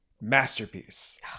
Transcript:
masterpiece